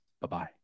bye-bye